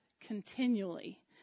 continually